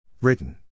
Written